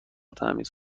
تمیز